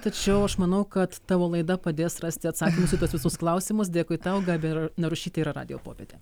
tačiau aš manau kad tavo laida padės rasti atsakymus į tuos visus klausimus dėkui tau gabija ir narušytė yra radijo popietė